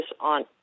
on